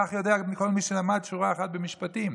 כך יודע כל מי שלמד שורה אחת במשפטים.